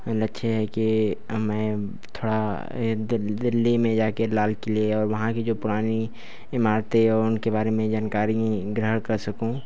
लक्ष्य है कि मैं थोड़ा ये दिल्ली में जाके लाल किले और वहां की जो पुरानी इमारतें और उनके बारे में जानकारी ग्रहण कर सकूं